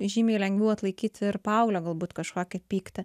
žymiai lengviau atlaikyti ir paauglio galbūt kažkokį pyktį